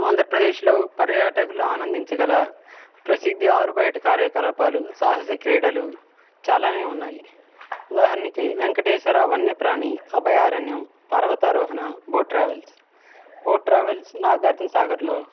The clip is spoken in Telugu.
ఆంధ్రప్రదేశ్లో పర్యాటకులు ఆనందించగల ప్రసిద్ధి ఆరుబయట కార్యకలాపాలు సాహస క్రీడలు చాలానే ఉన్నాయి ఉదాహరణకి వెంకటేశ్వర వన్య ప్రాణి అభయ అరణ్యం పర్వతారోహణ బోట్ ట్రావెల్స్ బోట్ ట్రావెల్స్ నాగార్జునసాగర్లో